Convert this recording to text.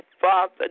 Father